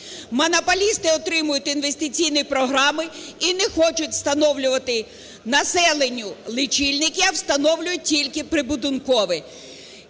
Монополісти отримують інвестиційні програми і не хочуть встановлювати населенню лічильники, а встановлюють тільки прибудинкові.